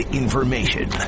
information